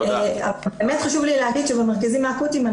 חשוב לי להגיד שבמרכזים האקוטיים,